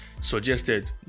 suggested